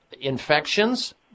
infections